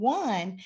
one